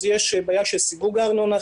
אז יש בעיה של סיווג הארנונה.